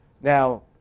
Now